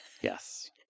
Yes